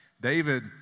David